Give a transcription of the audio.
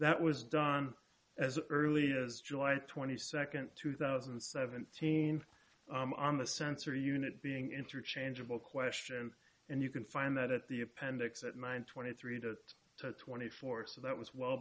that was as early as july twenty second two thousand and seventeen on the sensory unit being interchangeable question and you can find that at the appendix at mine twenty three to twenty four so that was well